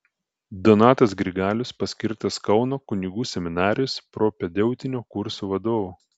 donatas grigalius paskirtas kauno kunigų seminarijos propedeutinio kurso vadovu